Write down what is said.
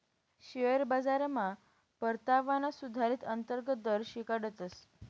share बाजारमा परतावाना सुधारीत अंतर्गत दर शिकाडतस